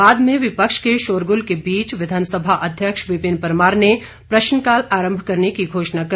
बाद में विपक्ष के शोरगुल के बीच विधानसभा अध्यक्ष विपिन परमार ने प्रश्नकाल आरंभ करने की घोषणा की